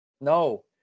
No